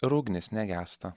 ir ugnis negęsta